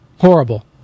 Horrible